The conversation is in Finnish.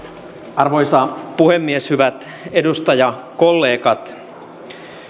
arvoisa puhemies hyvät edustajakollegat